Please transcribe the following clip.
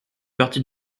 partie